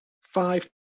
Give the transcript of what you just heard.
five